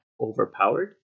overpowered